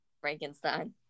Frankenstein